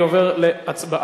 אני עובר להצבעה.